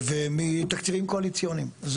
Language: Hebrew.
ומתקציבים קואליציוניים.